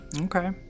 Okay